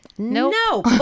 no